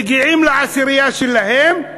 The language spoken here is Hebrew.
מגיעים לעשירייה שלהם,